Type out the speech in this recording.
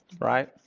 right